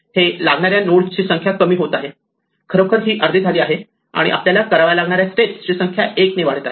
हे लागणाऱ्या नोडस्ची संख्या कमी होत आहे खरोखर ही अर्धी झाली आहे आणि आपल्याला कराव्या लागणाऱ्या स्टेप्स ची संख्या 1 ने वाढत आहे